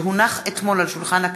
שהונח אתמול על שולחן הכנסת,